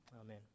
Amen